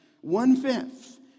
One-fifth